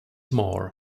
more